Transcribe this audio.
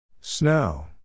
Snow